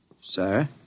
Sir